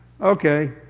Okay